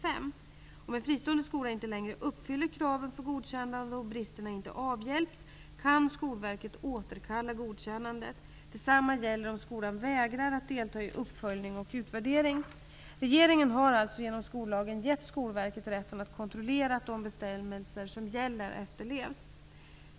Om en fristående skola inte längre uppfyller kraven för godkännande och bristerna inte avhjälps, kan Skolverket återkalla godkännandet. Detsamma gäller om skolan vägrar att delta i uppföljning och utvärdering. Regeringen har alltså genom skollagen gett Skolverket rätten att kontrollera att de bestämmelser som gäller efterlevs.